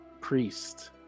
priest